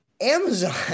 Amazon